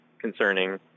concerning